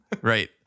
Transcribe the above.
Right